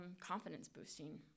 confidence-boosting